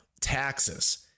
taxes